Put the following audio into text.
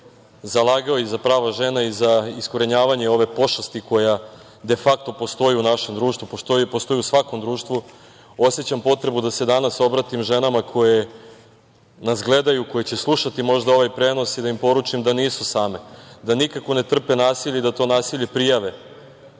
zalagao za prava žena i za iskorenjivanje ove pošasti koja defakto postoji u našem društvu, postoji u svakom društvu, osećam potrebu da se danas obratim ženama koje nas gledaju, koje će slušati možda ovaj prenos i da im poručim da nisu same, da nikako ne trpe nasilje i da to nasilje prijave,